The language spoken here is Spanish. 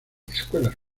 escuelas